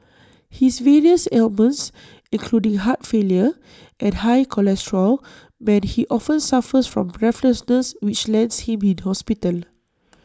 his various ailments including heart failure and high cholesterol mean he often suffers from breathlessness which lands him in hospital